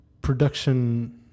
production